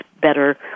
better